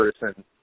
person